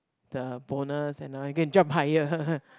the bonus and all go and jump higher